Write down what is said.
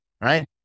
right